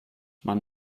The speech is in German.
man